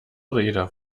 rede